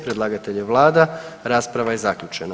Predlagatelj je vlada, rasprava je zaključena.